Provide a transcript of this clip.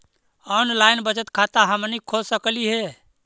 Online बचत खाता हमनी खोल सकली हे?